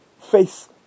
face